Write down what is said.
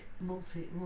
multi